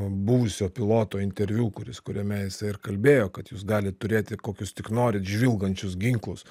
buvusio piloto interviu kuris kuriame jisai ir kalbėjo kad jūs galit turėti kokius tik norit žvilgančius ginklus